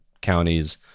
counties